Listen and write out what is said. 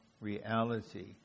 reality